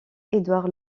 édouard